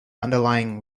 underlying